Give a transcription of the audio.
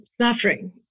suffering